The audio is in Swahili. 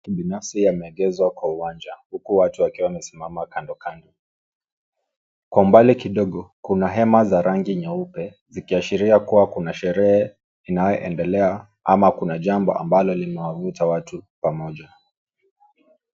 Magari ya kibinafsi yameegeshwa kwa uwanja huku watu wakiwa wamesimama kando, kando. Kwa umbali kidogo kuna hema za rangi nyeupe, zikiashiria kuwa kuna sherehe inayoendelea ama kuna jambo ambalo limewavuta watu pamoja.